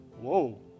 whoa